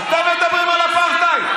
אתם מדברים על אפרטהייד?